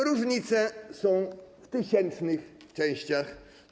Różnice są w tysięcznych częściach.